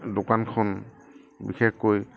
দোকানখন বিশেষকৈ